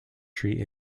tree